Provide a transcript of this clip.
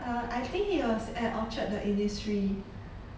err I think it was at orchard the innisfree